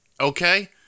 okay